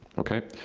okay,